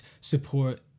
support